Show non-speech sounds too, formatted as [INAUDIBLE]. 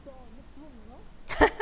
[LAUGHS]